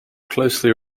closely